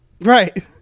Right